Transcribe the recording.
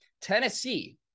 Tennessee